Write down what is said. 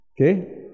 Okay